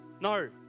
no